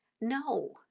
no